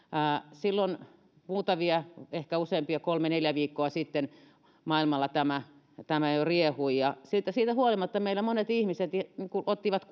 silloin muutamia viikkoja sitten ehkä useampia kolme neljä viikkoa sitten maailmalla tämä jo riehui ja siitä huolimatta meillä monet ihmiset lähtivät ulkomaanmatkoille ja ottivat